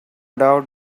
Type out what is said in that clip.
doubt